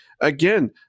Again